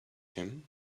him